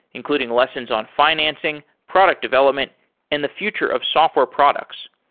including lessons on financing, product development and the future of software products.